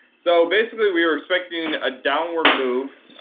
so basically we were expecting a downward move.